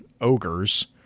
ogres